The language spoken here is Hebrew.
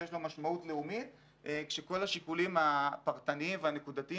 שיש לו משמעות לאומית כשכל השיקולים הפרטניים והנקודתיים